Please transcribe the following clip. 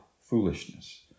foolishness